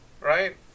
right